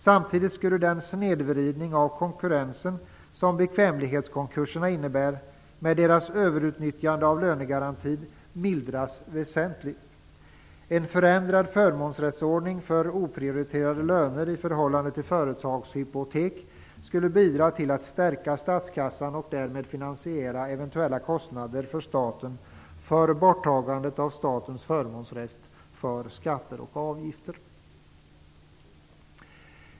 Samtidigt skulle den snedvridning av konkurrensen som bekvämlighetskonkurserna innebär, med deras överutnyttjande av lönegarantin, mildras väsentligt. En förändrad förmånsrättsordning för oprioriterade löner i förhållande till företagshypotek skulle bidra till att stärka statskassan och därmed finansiera eventuella kostnader för staten för borttagandet av statens förmånsrätt för skatter och avgifter.